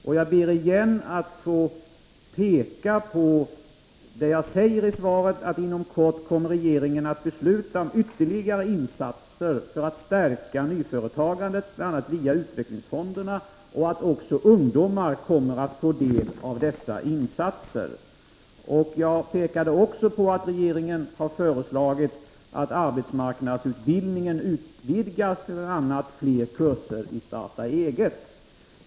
Jag ber ännu en gång att få peka på att jag i svaret säger att regeringen inom kort kommer att besluta om ytterligare insatser för att stärka nyföretagandet, bl.a. via utvecklingsfonderna, och att också ungdomar kommer att få del av dessa insatser. Jag pekade också på att regeringen har föreslagit att arbetsmarknadsutbildningen utvidgas med bl.a. fler kurser i ”starta eget”.